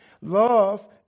Love